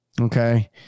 okay